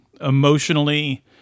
emotionally